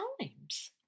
times